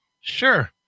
Sure